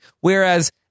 Whereas